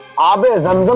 aabe zam